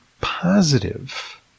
positive